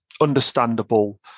understandable